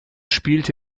spielte